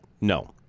No